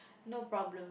no problem